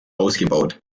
ausgebaut